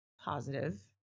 positive